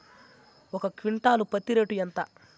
ఒక క్వింటాలు పత్తి రేటు ఎంత?